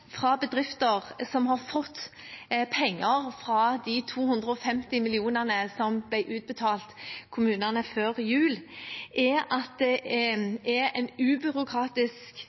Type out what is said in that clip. fra bedrifter som har fått penger fra de 250 mill. kr som ble utbetalt til kommunene før jul, er at det er en ubyråkratisk